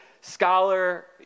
scholar